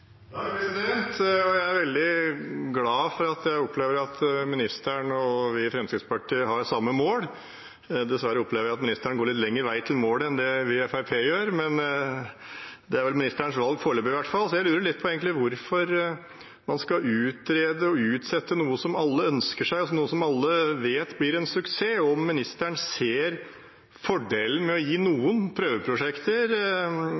har samme mål. Dessverre opplever jeg at ministeren går en litt lengre vei til målet enn det Fremskrittspartiet gjør, men det er ministerens valg – foreløpig i hvert fall. Jeg lurer egentlig litt på hvorfor han skal utrede og utsette noe som alle ønsker seg, noe som alle vet blir en suksess. Ser ministeren fordelen med å gi